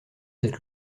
cette